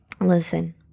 Listen